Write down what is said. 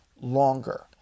longer